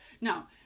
No